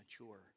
mature